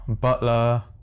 Butler